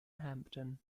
hampton